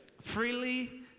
freely